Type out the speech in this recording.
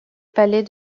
palais